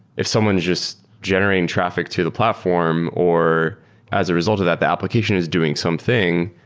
if someone just generating traffic to the platform or as a result of that the application is doing something,